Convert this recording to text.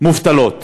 מובטלות